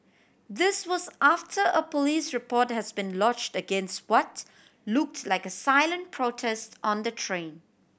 this was after a police report has been lodged against what looked like a silent protest on the train